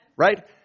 Right